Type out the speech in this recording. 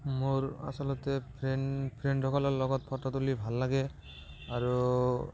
মোৰ আচলতে ফ্ৰেণ্ড ফ্ৰেণ্ডসকলৰ লগত ফটো তুলি ভাল লাগে আৰু